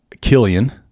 Killian